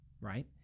Right